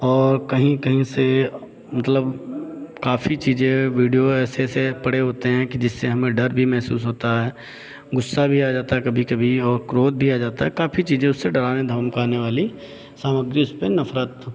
और कहीं कहीं से मतलब काफ़ी चीज़ें वीडियो ऐसे ऐसे पड़े होते हैं कि जिससे हमें डर भी महसूस होता है गुस्सा भी आ जाता है कभी कभी और क्रोध भी आ जाता है काफ़ी चीज़ें उससे डराने धमकाने वाली सामग्री उसपे नफ़रत